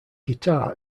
guitar